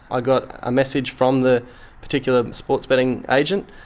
i got a message from the particular sports betting agent,